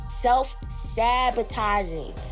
self-sabotaging